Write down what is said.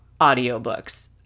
audiobooks